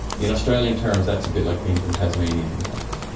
in australian terms that's a bit like being from tasmania in fact.